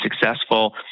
successful